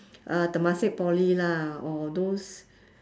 uh temasek poly lah or those